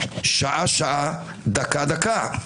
שעה-שעה, דקה-דקה.